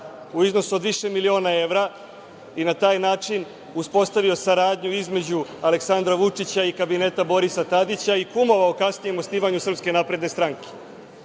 u iznosu od više miliona evra i na taj način uspostavio saradnju između Aleksandra Vučića i kabineta Borisa Tadića i kumovao kasnije osnivanju SNS?Zašto Aleksandar